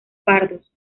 pardos